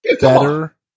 better